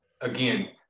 again